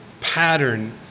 pattern